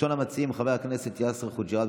ראשון המציעים הוא חבר הכנסת יאסר חוג'יראת,